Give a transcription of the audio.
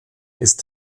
ist